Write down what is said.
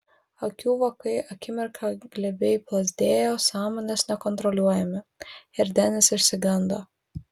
akių vokai akimirką glebiai plazdėjo sąmonės nekontroliuojami ir denis išsigando